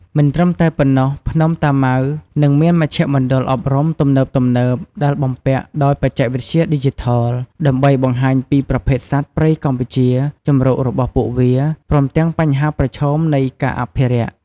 មិនត្រឹមតែប៉ុណ្ណោះ ភ្នំតាម៉ៅនឹងមានមជ្ឈមណ្ឌលអប់រំទំនើបៗ ដែលបំពាក់ដោយបច្ចេកវិទ្យាឌីជីថល ដើម្បីបង្ហាញពីប្រភេទសត្វព្រៃកម្ពុជា ជម្រករបស់ពួកវា ព្រមទាំងបញ្ហាប្រឈមនៃការអភិរក្ស។